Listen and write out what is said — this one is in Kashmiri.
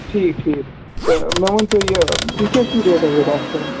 ٹھیٖک ٹھیٖک تہٕ مےٚ ؤنۍتو یہِ تُہۍ کیٛاہ چھُو ریٹا ویٹا اَتھ کران